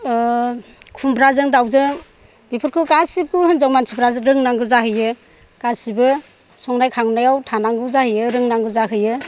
खुमब्राजों दाउजों बेफोरखौ गासैखौबो हिनजाव मानसिफ्रा रोंनांगौ जाहैयो गासैबो संनाय खावनायाव थानांगौ जाहैयो रोंनांगौ जाहैयो